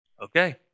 Okay